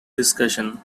discussion